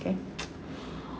okay